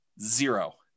zero